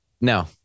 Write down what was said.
No